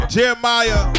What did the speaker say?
Jeremiah